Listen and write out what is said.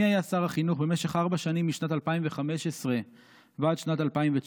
מי היה שר החינוך במשך ארבע שנים משנת 2015 ועד שנת 2019?